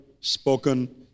spoken